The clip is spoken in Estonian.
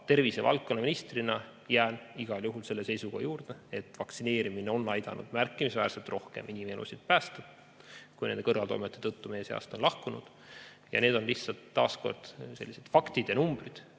tervisevaldkonna ministrina jään igal juhul selle seisukoha juurde, et vaktsineerimine on aidanud märkimisväärselt rohkem inimelusid päästa, kui nende kõrvaltoimete tõttu meie seast on lahkunud. Ja need on lihtsalt sellised faktid ja numbrid.